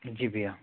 जी भैया